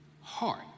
heart